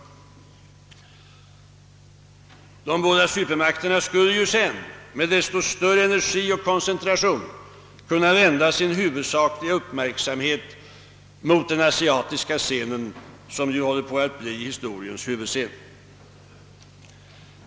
De båda supermakterna skulle därefter med desto större energi och koncentration kunna vända sin huvudsakliga uppmärksamhet mot den asiatiska scenen, som ju håller på att bli historiens huvudscen.